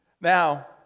Now